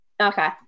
Okay